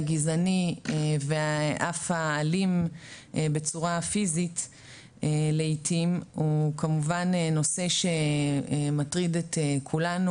הגזעני ואף האלים בצורה פיזית לעתים הוא כמובן נושא שמטריד את כולנו,